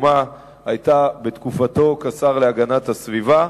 וקידומה היו בתקופתו כשר להגנת הסביבה,